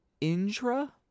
Indra